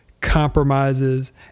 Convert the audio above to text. compromises